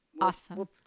Awesome